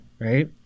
right